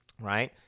Right